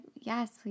yes